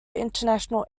international